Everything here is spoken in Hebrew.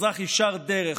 אזרח ישר דרך,